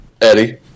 Eddie